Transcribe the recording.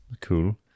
Cool